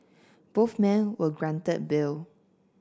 both men were granted bail